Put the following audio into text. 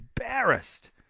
embarrassed